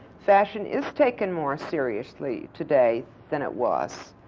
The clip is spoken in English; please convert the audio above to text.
fashion is taken more seriously today than it was.